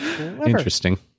interesting